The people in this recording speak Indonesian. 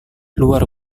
luar